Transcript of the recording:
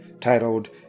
titled